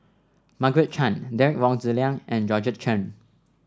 Margaret Chan Derek Wong Zi Liang and Georgette Chen